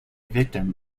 victim